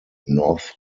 north